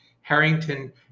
Harrington